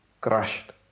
crushed